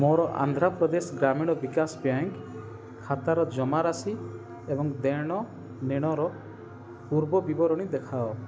ମୋର ଆନ୍ଧ୍ରପ୍ରଦେଶ ଗ୍ରାମୀଣ ବିକାଶ ବ୍ୟାଙ୍କ୍ ଖାତାର ଜମାରାଶି ଏବଂ ଦେଣନେଣର ପୂର୍ବବିବରଣୀ ଦେଖାଅ